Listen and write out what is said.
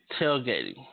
Tailgating